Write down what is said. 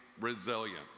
resilient